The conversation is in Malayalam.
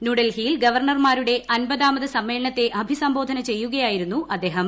ന്യൂഡൽഹിയിൽ ഗവർണർമാരുടെ അമ്പതാമത് സമ്മേളനത്തെ അഭ്യൂസംബോധന ചെയ്യുകയായിരുന്നു അദ്ദേഹം